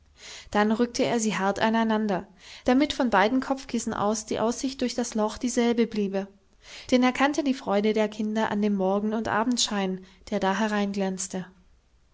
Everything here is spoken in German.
dann rückte er sie hart aneinander damit von beiden kopfkissen aus die aussicht durch das loch dieselbe bliebe denn er kannte die freude der kinder an dem morgen und abendschein der da